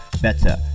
better